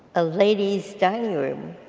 a lady's dining room.